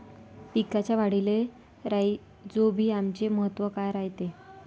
पिकाच्या वाढीले राईझोबीआमचे महत्व काय रायते?